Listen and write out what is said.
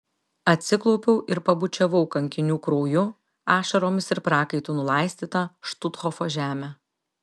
atsiklaupiau ir pabučiavau kankinių krauju ašaromis ir prakaitu nulaistytą štuthofo žemę